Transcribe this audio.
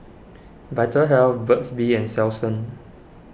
Vitahealth Burt's Bee and Selsun